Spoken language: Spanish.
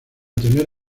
tener